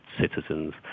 citizens